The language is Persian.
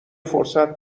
فرصت